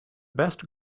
best